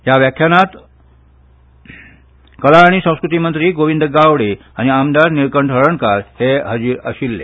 ह्या व्याख्यानाक कला आनी संस्कृती मंत्री गोविंद गावडे आनी आमदार निळकंठ हळर्णकार हे हाजीर आसले